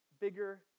bigger